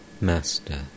master